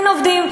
אין עובדים.